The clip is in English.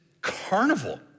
carnival